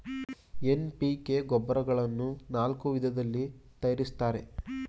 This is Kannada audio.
ಎನ್.ಪಿ.ಕೆ ಗೊಬ್ಬರಗಳನ್ನು ನಾಲ್ಕು ವಿಧದಲ್ಲಿ ತರಯಾರಿಸ್ತರೆ